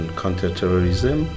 counter-terrorism